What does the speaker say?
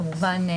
כמובן.